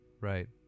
Right